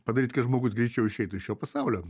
padaryt kad žmogus greičiau išeitų iš šio pasaulio